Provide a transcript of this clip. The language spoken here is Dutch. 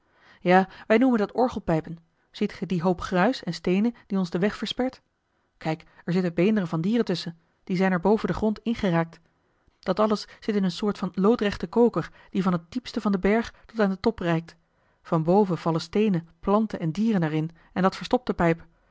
ja wij noemen dat orgelpijpen ziet ge dien hoop gruis en steenen die ons den weg verspert kijk er zitten beenderen van dieren tusschen die zijn er boven den grond ingeraakt dat alles zit in eene soort van loodrechten koker die van het diepste van den berg tot aan den top reikt van boven vallen steenen planten en dieren er in en dat verstopt de pijp